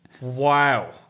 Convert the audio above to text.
Wow